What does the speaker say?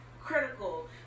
critical